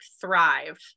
thrive